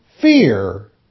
fear